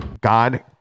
god